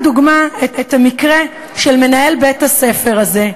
ניקח לדוגמה את המקרה של מנהל בית-הספר הזה,